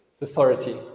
authority